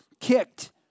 kicked